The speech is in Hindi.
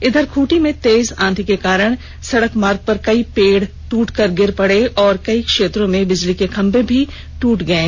इधर खूंटी में तेज आंधी के कारण खूंटी कर्रा सड़क मार्ग पर कई पेड़ दूटकर गिर गये और कई क्षेत्रों में बिजली के खंभे भी टूट गये